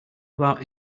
about